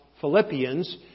Philippians